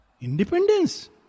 Independence